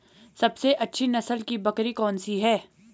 सबसे अच्छी नस्ल की बकरी कौन सी है?